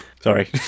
Sorry